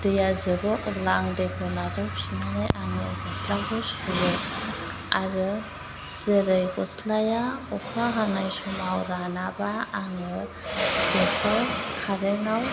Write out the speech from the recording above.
दैया जोबो अब्ला आं दैखौ नाजाव फिन्नानै आङो गस्लाखौ सुयो आरो जेरै गस्लाया अखा हानाय समाव रानाबा आङो बेखौ खारेनाव